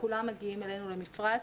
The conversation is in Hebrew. כולם מגיעים אלינו ל"מפרש",